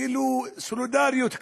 גילו סולידריות,